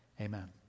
Amen